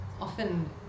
often